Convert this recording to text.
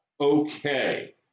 Okay